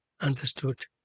understood